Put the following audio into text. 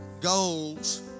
goals